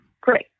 Great